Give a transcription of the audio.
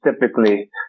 Typically